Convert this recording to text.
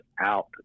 out